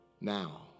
now